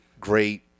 great